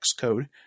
Xcode